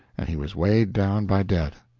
and he was weighed down by debt.